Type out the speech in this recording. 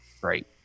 Great